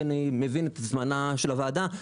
כי אני מבין את זמנה של הוועדה,